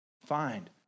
find